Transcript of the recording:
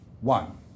one